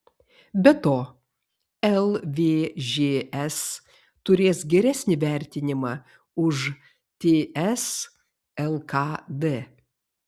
be to lvžs turės geresnį vertinimą už ts lkd